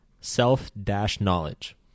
self-knowledge